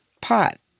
pot